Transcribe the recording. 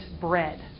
bread